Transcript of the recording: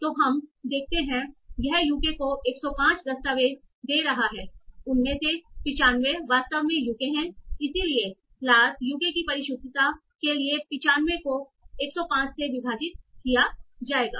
तो हम देखते हैं यह यूके को 105 दस्तावेज़ दे रहा है उनमें से 95 वास्तव में यूके हैं इसलिए क्लास यूके की परिशुद्धता के लिए 95 को 105 से विभाजित किया जाएगा